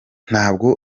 ntabwo